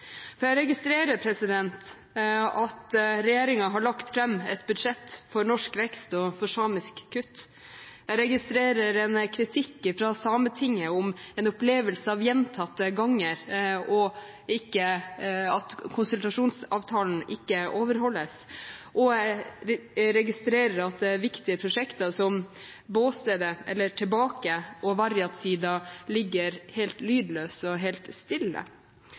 fullt. Jeg registrerer at regjeringen har lagt fram et budsjett for norsk vekst og for samisk kutt. Jeg registrerer en kritikk fra Sametinget om en opplevelse av at gjentatte ganger overholdes ikke konsultasjonsavtalen, og jeg registrerer at viktige prosjekter som Bååstede – «tilbake» – og Várjjat Siida ligger helt lydløse, helt stille.